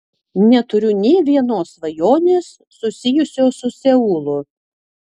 neturiu nė vienos svajonės susijusios su seulu